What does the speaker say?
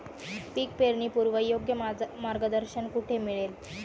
पीक पेरणीपूर्व योग्य मार्गदर्शन कुठे मिळेल?